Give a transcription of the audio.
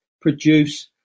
produce